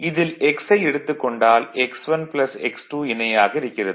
இதில் X ஐ எடுத்துக் கொண்டால் X1 X2 இணையாக இருக்கிறது